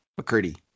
McCurdy